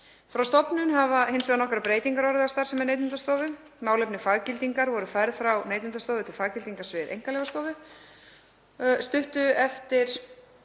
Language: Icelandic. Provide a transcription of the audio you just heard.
Frá stofnun hafa hins vegar nokkrar breytingar orðið á starfsemi Neytendastofu. Málefni faggildingar voru færð frá Neytendastofu til faggildingarsviðs Einkaleyfastofu. Stuttu eftir